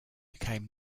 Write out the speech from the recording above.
became